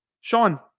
Sean